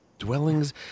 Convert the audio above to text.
Dwellings